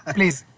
Please